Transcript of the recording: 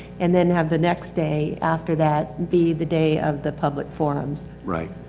and then have the next day after that be the day of the public forums. right.